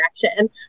direction